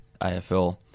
afl